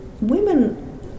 women